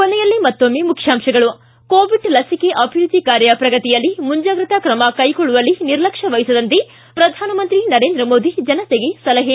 ಕೊನೆಯಲ್ಲಿ ಮತ್ತೊಮ್ಮೆ ಮುಖ್ಯಾಂಶಗಳು ಿ ಕೋವಿಡ್ ಲಸಿಕೆ ಅಭಿವೃದ್ದಿ ಕಾರ್ಯ ಪ್ರಗತಿಯಲ್ಲಿ ಮುಂಚಾಗ್ರತಾ ತ್ರಮ ಕೈಗೊಳ್ಳುವಲ್ಲಿ ನಿರ್ಲಕ್ಷ್ಯ ವಹಿಸದಂತೆ ಪ್ರಧಾನಮಂತ್ರಿ ನರೇಂದ್ರ ಮೋದಿ ಜನತೆಗೆ ಸಲಹೆ